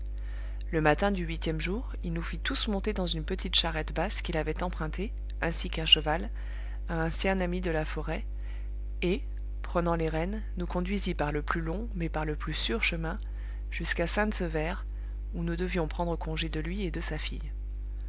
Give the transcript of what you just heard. le matin du huitième jour il nous fit tous monter dans une petite charrette basse qu'il avait empruntée ainsi qu'un cheval à un sien ami de la forêt et prenant les rênes nous conduisit par le plus long mais par le plus sûr chemin jusqu'à sainte sevère où nous devions prendre congé de lui et de sa fille